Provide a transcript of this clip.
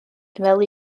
fel